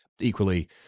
equally